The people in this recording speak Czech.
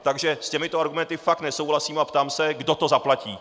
Takže s těmito argumenty fakt nesouhlasím a ptám se, kdo to zaplatí.